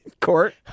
Court